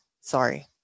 Sorry